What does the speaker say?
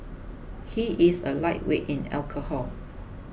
he is a lightweight in alcohol